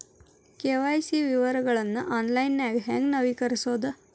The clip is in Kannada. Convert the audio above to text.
ಕೆ.ವಾಯ್.ಸಿ ವಿವರಗಳನ್ನ ಆನ್ಲೈನ್ಯಾಗ ಹೆಂಗ ನವೇಕರಿಸೋದ